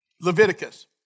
Leviticus